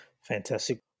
Fantastic